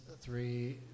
three